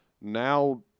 now